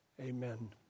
Amen